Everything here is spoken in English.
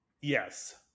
Yes